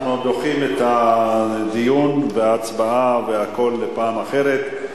אנחנו דוחים את הדיון וההצבעה והכול, בפעם אחרת.